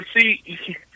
see